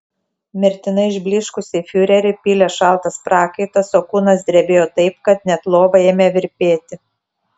mirtinai išblyškusį fiurerį pylė šaltas prakaitas o kūnas drebėjo taip kad net lova ėmė virpėti